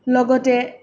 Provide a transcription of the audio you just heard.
লগতে